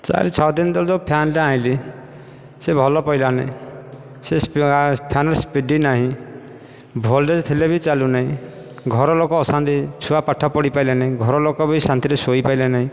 ଚାରି ଛଅ ଦିନ ତଳେ ଯେଉଁ ଫ୍ୟାନଟା ଆଣିଲି ସେ ଭଲ ପଡ଼ିଲାନି ସେ ଫ୍ୟାନର ସ୍ପିଡ଼ି ନାହିଁ ଭୋଲ୍ଟେଜ ଥିଲେ ବି ଚାଲୁନାହିଁ ଘର ଲୋକ ଅଶାନ୍ତି ଛୁଆ ପାଠପଢ଼ି ପାରିଲେ ନାହିଁ ଘର ଲୋକ ବି ଶାନ୍ତିରେ ଶୋଇ ପାରିଲେ ନାହିଁ